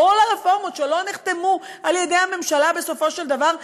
כל הרפורמות שלא נחתמו על-ידי הממשלה בסופו של דבר,